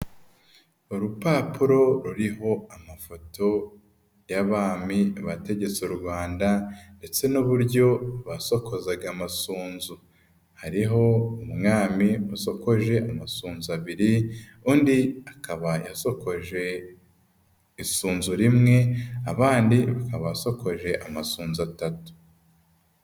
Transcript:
Urupapuro ruriho amafoto, y'abami bategetse u Rwanda ndetse n'uburyo basokozaga amasunzu. Hariho umwami wasokoje amasunzu abiri, undi akaba yasokoje, isunzu rimwe, abandi bakaba basokoje amasunzu atatu.